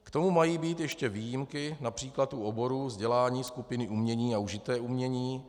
K tomu mají být ještě výjimky, například u oborů vzdělání skupiny umění a užité umění.